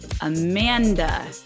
amanda